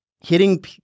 hitting